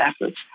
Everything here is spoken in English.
efforts